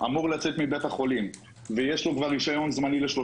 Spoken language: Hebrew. אמור לצאת מבית החולים ויש לו כבר רישיון זמני ל-3